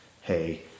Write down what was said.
hey